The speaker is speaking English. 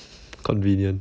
convenient